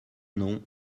non